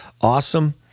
awesome